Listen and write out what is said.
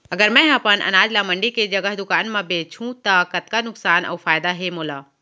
अगर मैं अपन अनाज ला मंडी के जगह दुकान म बेचहूँ त कतका नुकसान अऊ फायदा हे मोला?